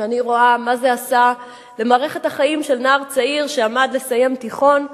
כשאני רואה מה זה עשה למערכת החיים של נער צעיר שעמד לסיים תיכון,